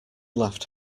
laughed